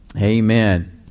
Amen